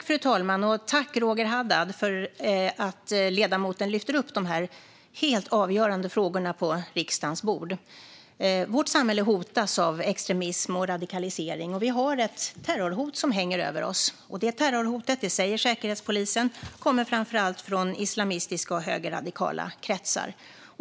Fru talman! Jag tackar Roger Haddad för att ledamoten lyfter upp dessa helt avgörande frågor på riksdagens bord. Vårt samhälle hotas av extremism och radikalisering. Vi har ett terrorhot som hänger över oss. Det terrorhotet, säger Säkerhetspolisen, kommer framför allt från islamistiska och högerradikala kretsar.